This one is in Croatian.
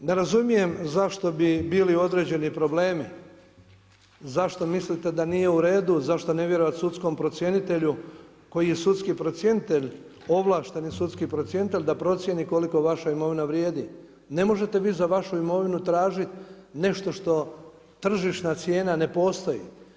Ne razumijem zašto bi bili određeni problemi, zašto mislite da nije u redu, zašto ne vjerovati sudskom procjenitelju, koji je sudski procjenitelj, ovlašteni sudski procjenitelj da procijeni koliko vaša imovina vrijedi, ne možete vi za vašu imovinu tražiti nešto što, tržišna cijena ne postoji.